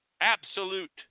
absolute